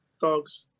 dogs